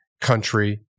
country